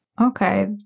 Okay